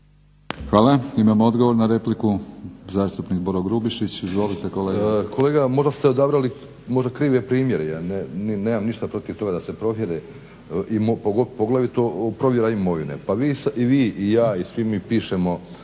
Hvala. Imamo odgovor na repliku, zastupnik Boro Grubišić. Izvolite kolega. **Grubišić, Boro (HDSSB)** Kolega, možda ste odabrali možda krive primjere. Ja nemam ništa protiv toga da se provjere poglavito provjera imovine. Pa i vi i ja i svi mi pišemo,